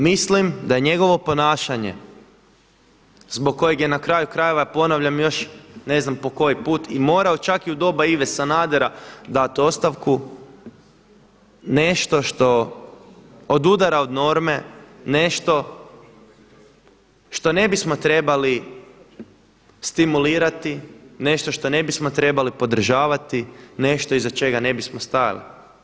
Mislim da je njegovo ponašanje zbog kojeg je na kraju krajeva, ponavljam još ne znam po koji put, i morao čak i u doba Ive Sanadera dati ostavku, nešto što odudara od norme, nešto što ne bismo trebali stimulirati, nešto što ne bismo trebali podržavati, nešto iza čega ne bismo stajali.